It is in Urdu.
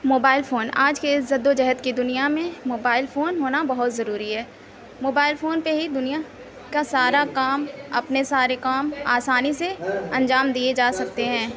موبائل فون آج کے اِس جد و جہد کی دنیا میں موبائل فون ہونا بہت ضروری ہے موبائل فون پہ ہی دنیا کا سارا کام اپنے سارے کام آسانی سے انجام دیئے جا سکتے ہیں